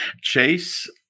Chase